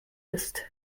ist